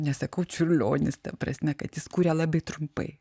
nesakau čiurlionis ta prasme kad jis kuria labai trumpai